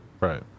Right